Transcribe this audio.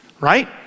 Right